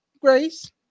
grace